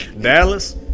Dallas